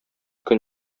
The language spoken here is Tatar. көн